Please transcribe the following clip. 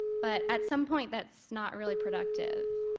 but at some point that's not really productive.